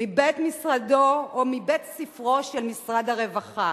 מבית-מדרשו או מבית-ספרו של משרד הרווחה.